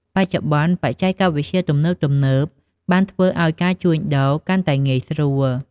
បច្ចុប្បន្ន បច្ចេកវិទ្យាទំនើបៗ បានធ្វើឱ្យការជួញដូរកាន់តែងាយស្រួល។